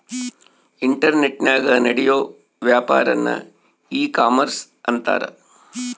ಇಂಟರ್ನೆಟನಾಗ ನಡಿಯೋ ವ್ಯಾಪಾರನ್ನ ಈ ಕಾಮರ್ಷ ಅಂತಾರ